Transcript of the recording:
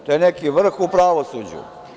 To je neki vrh u pravosuđu.